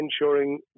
ensuring